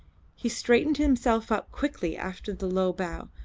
he straightened himself up quickly after the low bow,